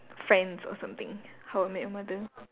friends or something how I met your mother